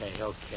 okay